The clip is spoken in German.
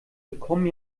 bekommen